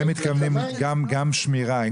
הם מתכוונים גם שמירה,